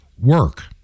work